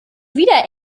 wieder